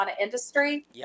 industry